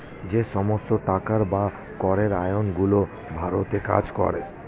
যে সমস্ত ট্যাক্সের বা করের আইন গুলো ভারতে কাজ করে